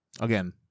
again